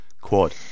quad